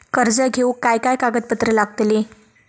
कर्ज घेऊक काय काय कागदपत्र लागतली?